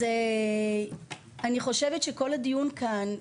אני חושבת שכל הדיון כאן,